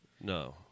No